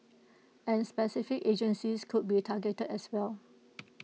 and specific agencies could be targeted as well